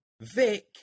Vic